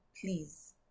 please